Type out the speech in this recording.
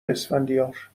اسفندیار